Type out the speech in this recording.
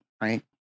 right